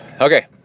Okay